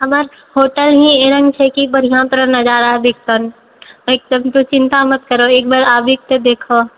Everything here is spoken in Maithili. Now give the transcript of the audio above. हमरा होटल हि एहन छै कि बढ़िआँ तरह नजारा वजारा दिखतनि आओर एकदमसँ चिन्ता मत करऽ एकबार आबिकऽ देखऽ